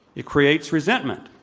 it creates resentment.